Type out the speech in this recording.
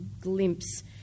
glimpse